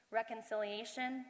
reconciliation